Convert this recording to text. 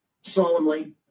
solemnly